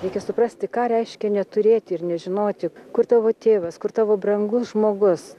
reikia suprasti ką reiškia neturėti ir nežinoti kur tavo tėvas kur tavo brangus žmogus